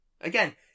again